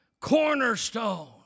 cornerstone